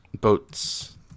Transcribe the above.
Boats